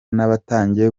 n’abatangiye